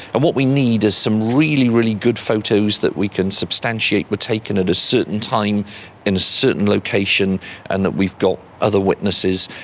and what we need is some really, really good photos that we can substantiate were taken at a certain time in a certain location and that we've got other witnesses,